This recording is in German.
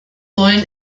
wollen